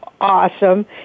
awesome